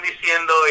diciendo